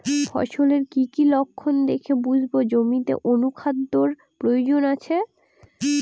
ফসলের কি কি লক্ষণ দেখে বুঝব জমিতে অনুখাদ্যের প্রয়োজন আছে?